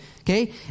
okay